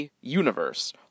Universe